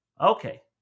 Okay